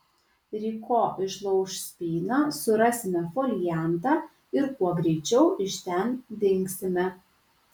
ryko išlauš spyną surasime foliantą ir kuo greičiau iš ten dingsime